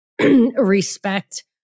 respect